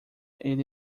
ele